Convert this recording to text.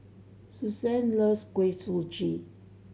Susann loves Kuih Suji